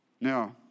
Now